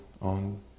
on